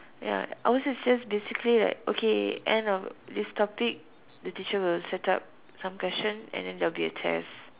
ya ours is just basically like okay end of this topic the teacher will set up some question and then there will be a test